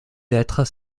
lettres